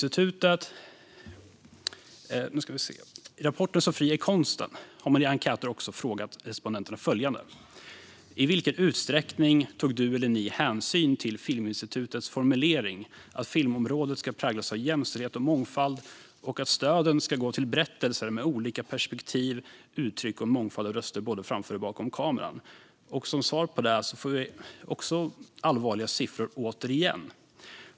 I rapporten Så fri är konsten har man också i en enkät frågat respondenterna följande: "I vilken utsträckning tog du/ni hänsyn till Filminstitutets formulering att filmområdet ska präglas av jämställdhet och mångfald och att stöden ska gå till berättelser med olika perspektiv, uttryck och en mångfald av röster, både framför och bakom kameran?" Som svar på det får vi återigen allvarliga siffror.